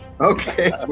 Okay